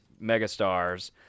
megastars